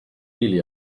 nearly